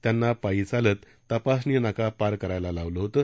त्यांना पायी चालत तपासणी नाका पार करायला लावण्यात आलं होतं